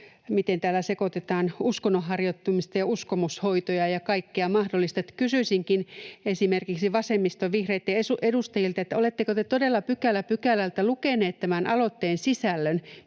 miten täällä sekoitetaan uskonnonharjoittamista ja uskomushoitoja ja kaikkea mahdollista. Kysyisinkin esimerkiksi vasemmiston, vihreiden edustajilta: Oletteko te todella pykälä pykälältä lukeneet tämän aloitteen sisällön?